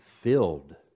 filled